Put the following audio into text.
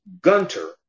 Gunter